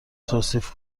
توصیف